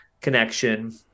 connection